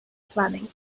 planning